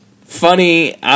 funny